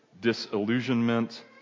disillusionment